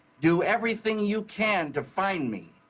do everything you can to find me.